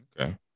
Okay